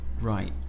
Right